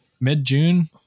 mid-June